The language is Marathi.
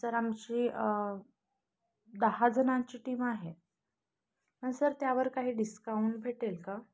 सर आमची दहा जणांची टीम आहे पण सर त्यावर काही डिस्काउंट भेटेल का